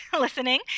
listening